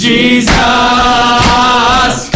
Jesus